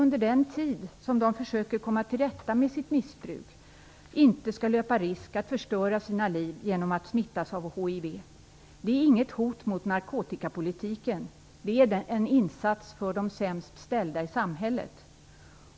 Under den tid då de försöker komma till rätta med sitt missbruk skall vi inte löpa risken att förstöra våra liv genom att bli smittade av hiv. Det är inget hot mot narkotikapolitiken, utan det är en insats för de sämst ställda i samhället!